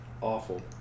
awful